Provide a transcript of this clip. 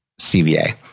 CVA